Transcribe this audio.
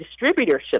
distributorships